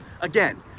again